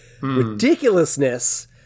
ridiculousness